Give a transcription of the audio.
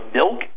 milk